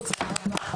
הוועדה